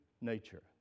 nature